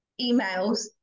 emails